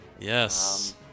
Yes